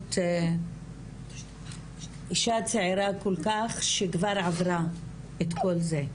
לראות אישה צעירה כל-כך שכבר עברה את כל זה.